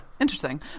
Interesting